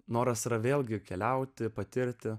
noras yra vėlgi keliauti patirti